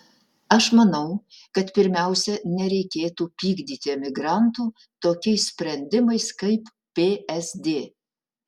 aš manau kad pirmiausia nereikėtų pykdyti emigrantų tokiais sprendimais kaip psd